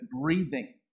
breathing